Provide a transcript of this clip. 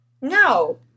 No